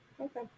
Okay